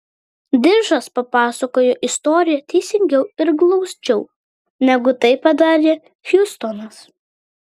diržas papasakojo istoriją teisingiau ir glausčiau negu tai padarė hjustonas